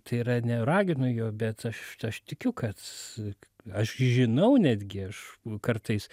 tai yra neraginu jo bet aš aš tikiu kad aš žinau netgi aš kartais